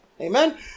Amen